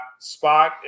Spock